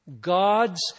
God's